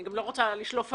אני גם לא רוצה לשלוף עמדות.